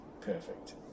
perfect